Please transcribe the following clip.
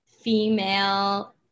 female